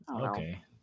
okay